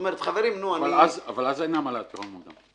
אבל אז אין עמלת פירעון מוקדם.